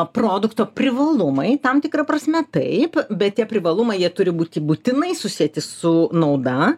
produkto privalumai tam tikra prasme taip bet tie privalumai jie turi būti būtinai susieti su nauda